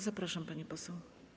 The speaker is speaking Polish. Zapraszam, pani poseł.